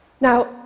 Now